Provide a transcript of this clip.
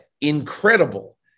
incredible